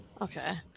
Okay